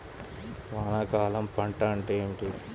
వానాకాలం పంట అంటే ఏమిటి?